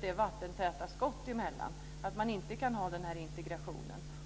med vattentäta skott mellan ämnena och att man inte kan tillämpa integrationen.